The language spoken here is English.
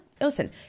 listen